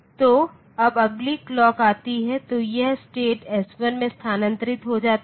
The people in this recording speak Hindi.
तो जब अगली क्लॉक आती है तो यह स्टेट s1 में स्थानांतरित हो जाती है